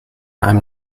einem